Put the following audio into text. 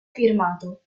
firmato